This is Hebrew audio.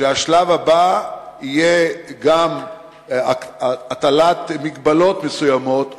שהשלב הבא יהיה גם הטלת מגבלות מסוימות,